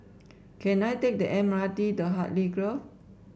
can I take the M R T to Hartley Grove